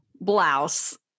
blouse